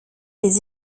les